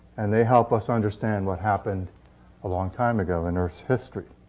and they help us understand what happened a long time ago in earth's history.